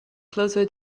closer